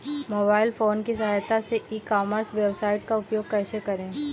Mobile phone की सहायता से ई कॉमर्स वेबसाइट का उपयोग कैसे करें?